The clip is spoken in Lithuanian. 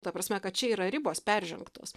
ta prasme kad čia yra ribos peržengtos